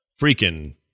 Freaking